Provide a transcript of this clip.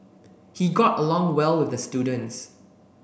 he got along well with the students